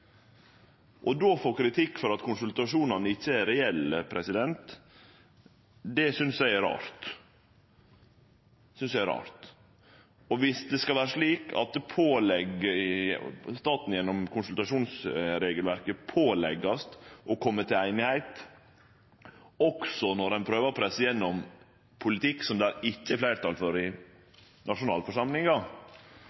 Då å få kritikk for at konsultasjonane ikkje er reelle, synest eg er rart. Viss det skal vere slik at staten gjennom konsultasjonsregelverket vert pålagd å verte einig også når ein prøver å presse gjennom politikk som det ikkje er fleirtal for i